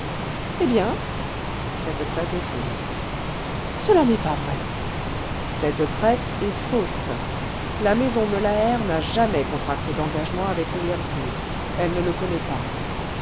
eh bien cette traite est fausse cela n'est pas vrai cette traite est fausse la maison meulaert n'a jamais contracté d'engagement avec william smith elle ne le connaît pas